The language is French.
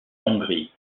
hongrie